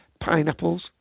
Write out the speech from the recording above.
pineapples